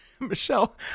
michelle